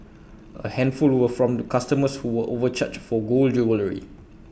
A handful were from customers who were overcharged for gold jewellery